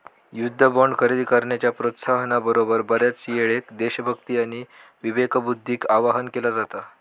युद्ध बॉण्ड खरेदी करण्याच्या प्रोत्साहना बरोबर, बऱ्याचयेळेक देशभक्ती आणि विवेकबुद्धीक आवाहन केला जाता